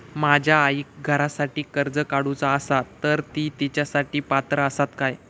माझ्या आईक घरासाठी कर्ज काढूचा असा तर ती तेच्यासाठी पात्र असात काय?